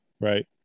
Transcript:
right